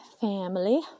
family